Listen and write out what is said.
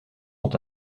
sont